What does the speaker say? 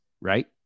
right